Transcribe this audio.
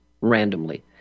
randomly